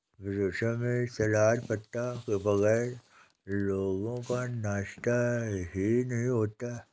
विदेशों में सलाद पत्ता के बगैर लोगों का नाश्ता ही नहीं होता